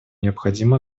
необходимо